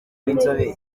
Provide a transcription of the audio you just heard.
b’inzobere